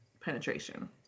penetration